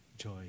joy